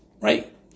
Right